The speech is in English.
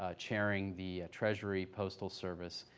ah chairing the treasury, postal service,